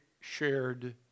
shared